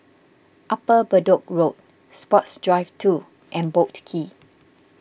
Upper Bedok Road Sports Drive two and Boat Quay